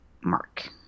mark